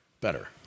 better